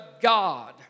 God